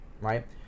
right